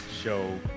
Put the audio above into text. show